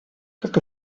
как